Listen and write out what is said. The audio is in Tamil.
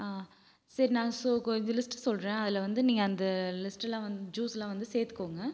ஆ சரி நான் ஸோ கொஞ்சம் லிஸ்ட் சொல்கிறேன் அதில் வந்து நீங்க அந்த லிஸ்டலாம் வந்து ஜூஸ்லாம் வந்து சேர்த்துக்கோங்க